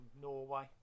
norway